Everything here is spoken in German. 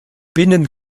binnen